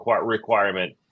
requirement